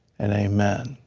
and amen.